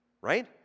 Right